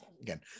again